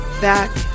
back